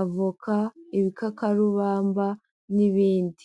avoka, ibikakarubamba n'ibindi.